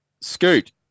Scoot